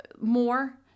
more